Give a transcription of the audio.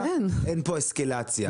אין פה אסקלציה.